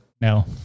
no